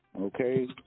Okay